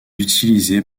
utilisée